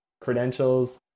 credentials